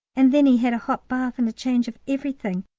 and then he had a hot bath and a change of everything.